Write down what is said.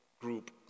group